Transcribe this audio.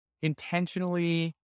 intentionally